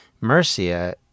Mercia